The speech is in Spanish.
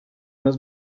nos